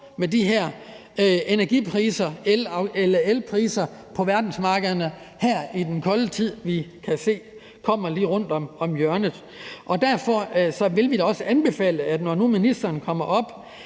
med de her energipriser, elpriser, på verdensmarkederne her i den kolde tid, vi kan se kommer lige rundt om hjørnet. Derfor vil vi da også anbefale, at ministeren, når han